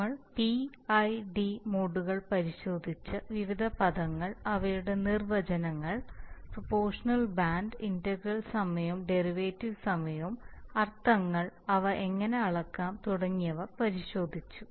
നമ്മൾ P I D മോഡുകൾ പരിശോധിച്ച് വിവിധ പദങ്ങൾ അവയുടെ നിർവചനങ്ങൾ പ്രൊപോഷണൽ ബാൻഡ് ഇന്റഗ്രൽ സമയവും ഡെറിവേറ്റീവ് സമയവും അർത്ഥങ്ങൾ അവ എങ്ങനെ അളക്കാം തുടങ്ങിയവ പരിശോധിച്ചു